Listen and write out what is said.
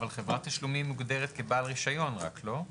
אבל חברת תשלומים מוגדרת כבעל רישיון רק, לא?